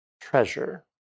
treasure